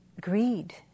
greed